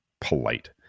Polite